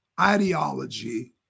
ideology